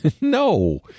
No